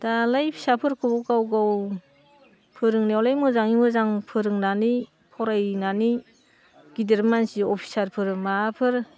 दालाय फिसाफोरखौ गाव गाव फोरोंनायावलाय मोजाङै मोजां फोरोंनानै फरायनानै गिदिर मानसि अफिसारफोर माबाफोर